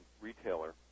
retailer